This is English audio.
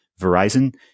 Verizon